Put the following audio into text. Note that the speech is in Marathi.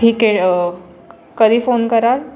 ठीक आहे कधी फोन कराल